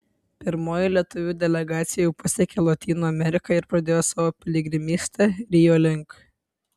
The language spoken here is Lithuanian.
pirmoji lietuvių delegacija jau pasiekė lotynų ameriką ir pradėjo savo piligrimystę rio link